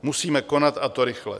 Musíme konat, a to rychle.